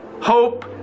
hope